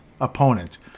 opponent